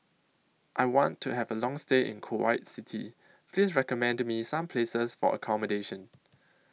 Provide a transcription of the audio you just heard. I want to Have A Long stay in Kuwait City Please recommend Me Some Places For accommodation